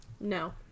No